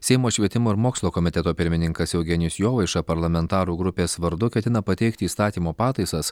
seimo švietimo ir mokslo komiteto pirmininkas eugenijus jovaiša parlamentarų grupės vardu ketina pateikti įstatymo pataisas